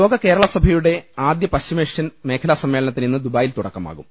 ലോക കേരള സഭയുടെ ആദ്യ പശ്ചിമേഷ്യൻ മേഖലാ സമ്മേളനത്തിന് ഇന്ന് ദുബായിൽ തുടക്കമാകും